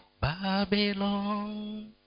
Babylon